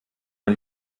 man